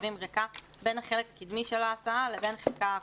מושבים ריקה בין החלק הקדמי של ההסעה לבין חלקה האחורי".